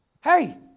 Hey